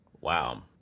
wow